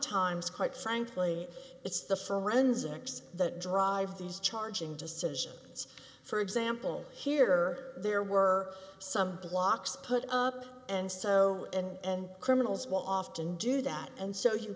times quite frankly it's the forensics that drive these charging decisions for example here there were some blocks put up and so and criminals will often do that and so you